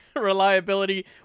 reliability